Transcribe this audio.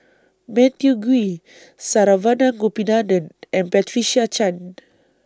Matthew Ngui Saravanan Gopinathan and Patricia Chan